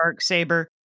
Darksaber